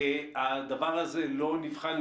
הדבר הזה לא נבחן,